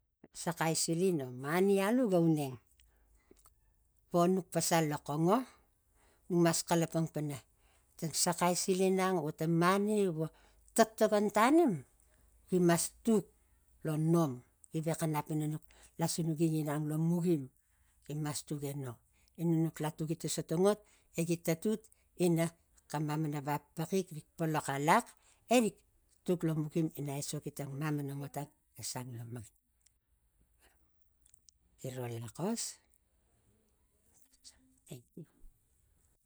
Saxai silin o mani alu ga uneng vo nuk pasal loxongo nuk mas xalapang pana tang saxai silinang ang vo tan mani vo tokon tenim gimas tuk lo nom givexa nap nuk lasinuki gi nang lo mugim gimas tuk eno ina nuk asasinuki ta sotang ngot egi tatut ina xam mamana vap paxik rik polox alax erik tuk lo mukim ina aisoki tang mamana otang ga sang lo mari gir ne laxos em tasol tenkiu.